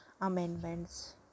amendments